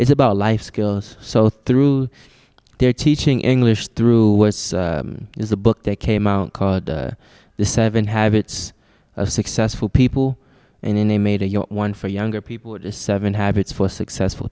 it's about life skills so through their teaching english through was in the book they came out of the seven habits of successful people and then they made a your one for younger people or just seven habits for successful